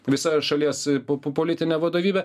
visa šalies po politinė vadovybė